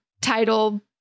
title